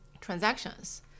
transactions